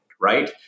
right